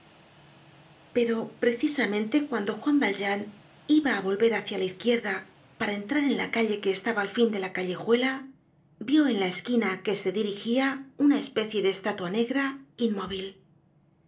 pero precisamente cuando juan valjean iba á volver hacia la izquierda para entrar en la calle que estaba al fin de la callejuela vió en la esquina á que se dirigia una especie de estatua negra inmóvil